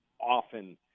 often